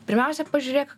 pirmiausia pažiūrėk